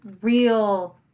real